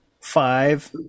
Five